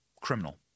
Criminal